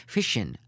Fission